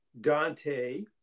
Dante